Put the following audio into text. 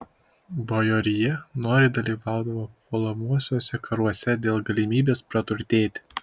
bajorija noriai dalyvaudavo puolamuosiuose karuose dėl galimybės praturtėti